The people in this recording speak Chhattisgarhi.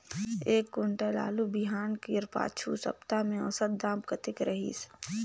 एक कुंटल आलू बिहान कर पिछू सप्ता म औसत दाम कतेक रहिस?